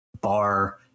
bar